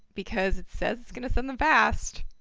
because it says it's going to send them fast.